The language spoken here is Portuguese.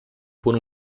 por